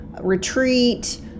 retreat